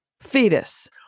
Fetus